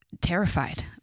terrified